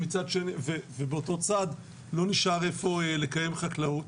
ובאותו צד לא נשאר איפה לקיים חקלאות.